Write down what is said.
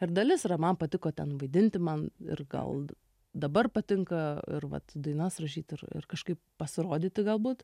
ir dalis yra man patiko ten vaidinti man ir gal dabar patinka ir vat dainas rašyt ir ir kažkaip pasirodyti galbūt